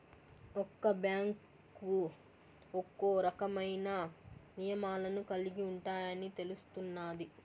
ఒక్క బ్యాంకు ఒక్కో రకమైన నియమాలను కలిగి ఉంటాయని తెలుస్తున్నాది